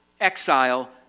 exile